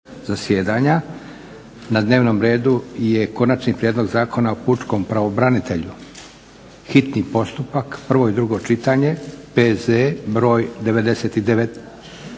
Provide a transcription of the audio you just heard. zasjedanja. Na dnevnom redu je - Konačni prijedlog Zakona o pučkom pravobranitelju, hitni postupak, prvo i drugo čitanje, P.Z. br. 99.